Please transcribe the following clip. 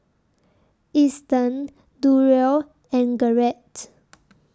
Easton Durrell and Garrett